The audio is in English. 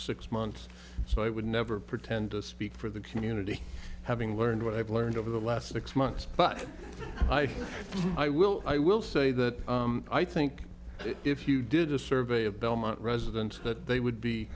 six months so i would never pretend to speak for the community having learned what i've learned over the last six months but i will i will say that i think if you did a survey of belmont residents that they would be